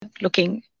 looking